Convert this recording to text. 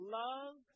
love